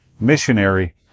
missionary